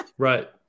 Right